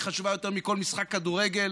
היא חשובה יותר מכל משחק כדורגל,